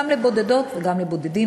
גם לבודדות וגם לבודדים,